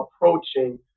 approaching